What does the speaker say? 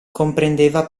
comprendeva